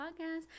podcast